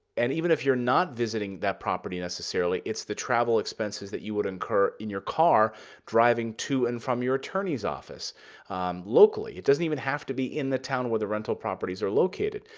and even if you're not visiting that property necessarily, it's the travel expenses that you would incur in your car driving to and from your attorney's office locally. it doesn't even have to be in the town where the rental properties are located.